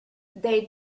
they